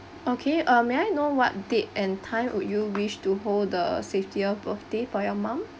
okay uh may I know what date and time would you wish to hold the sixtieth birthday for your mum